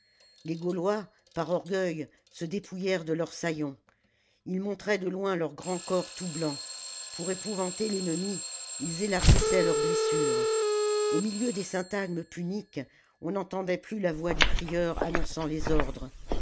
les gaulois par orgueil se dépouillèrent de leurs sayons ils montraient de loin leurs grands corps tout blancs pour épouvanter l'ennemi ils élargissaient leurs blessures au milieu des syntagmes puniques on n'entendait plus la voix du crieur annonçant les ordres